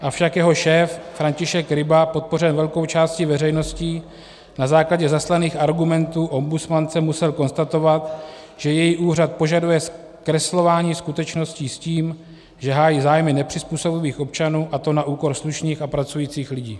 Avšak jeho šéf František Ryba, podpořen velkou částí veřejnosti, na základě zaslaných argumentů ombudsmance musel konstatovat, že její úřad požaduje zkreslování skutečností s tím, že hájí zájmy nepřizpůsobivých občanů, a to na úkor slušných a pracujících lidí.